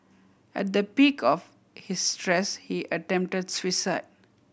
at the peak of his stress he attempted suicide